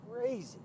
crazy